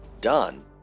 done